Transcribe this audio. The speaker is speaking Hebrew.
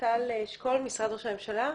טל אשכול, משרד ראש הממשלה?